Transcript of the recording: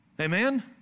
Amen